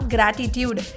Gratitude